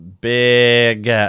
big